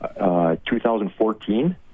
2014